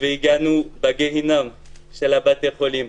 והגענו לגיהינום של בתי החולים.